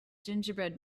gingerbread